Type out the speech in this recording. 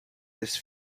this